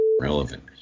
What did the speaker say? relevant